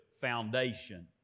foundation